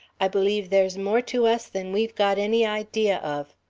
i believe there's more to us than we've got any idea of.